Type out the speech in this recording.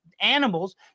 animals